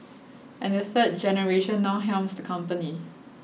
and the third generation now helms the company